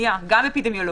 גם.